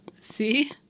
See